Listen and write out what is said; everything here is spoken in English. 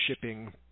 shipping